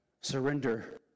surrender